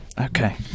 Okay